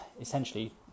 essentially